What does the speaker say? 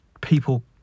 people